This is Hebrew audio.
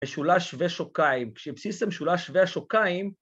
‫משולש שווה שוקיים. ‫כשבסיס המשולש שווה השוקיים...